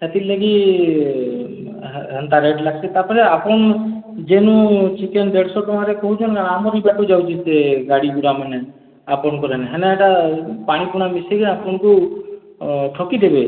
ସେଥିର୍ଲାଗି ହେ ହେନ୍ତା ରେଟ୍ ଲାଗ୍ସି ତାପରେ ଆପଣ ଯେନୁ ଚିକେନ୍ ଦେଢ଼ଶହ ଟଙ୍କାରେ କହୁଛନ୍ ନା ଆମରି ପାଖରୁ ଯାଉଛି ସେ ଗାଡ଼ି ଗୁଡ଼ା ମାନେ ଆପଣଙ୍କର ସେନେ ହେଲା ଏଇଟା ପାଣି ପଣା ମିଶିକି ଆପଣଙ୍କୁ ଠକି ଦେବେ